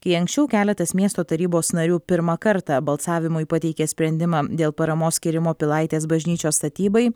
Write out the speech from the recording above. kai anksčiau keletas miesto tarybos narių pirmą kartą balsavimui pateikė sprendimą dėl paramos skyrimo pilaitės bažnyčios statybai